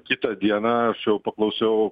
kitą dieną aš jau paklausiau